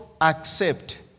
accept